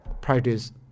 practice